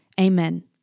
amen